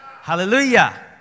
Hallelujah